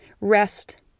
rest